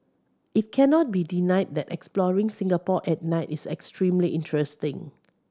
it cannot be denied that exploring Singapore at night is extremely interesting